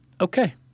okay